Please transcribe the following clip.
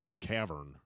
cavern